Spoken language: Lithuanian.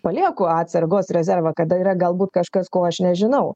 palieku atsargos rezervą kada yra galbūt kažkas ko aš nežinau